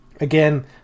again